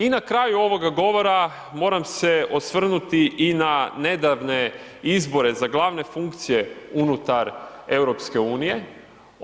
I na kraju ovoga govora, moram se osvrnuti i na nedavne izbore za glavne funkcije unutar EU-a.